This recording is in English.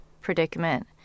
predicament